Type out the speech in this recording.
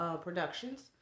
Productions